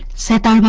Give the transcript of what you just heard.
sat on but